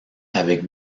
avec